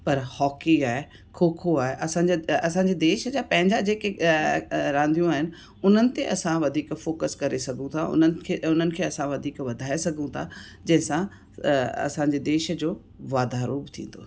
पर हॉकी आहे खो खो आहे असांजा असांजे देश जा पंहिंजा जेके रांदियूं आहिनि उन्हनि ते असां वधीक फोकस करे सघूं था उन्हनि खे उन्हनि खे असां वधाए सघूं था जंहिंसां असांजे देश जो वाधारो थींदो